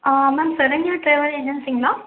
ah ma'am Saranya travel ஏஜென்ஸிங்களா